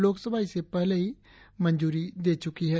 लोकसभा इसे पहले ही मंजूरी दे चुकी है